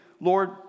Lord